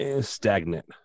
stagnant